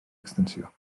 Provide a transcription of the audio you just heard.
extensió